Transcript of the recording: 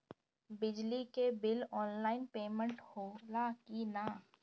बिजली के bill online payment होला कि ना?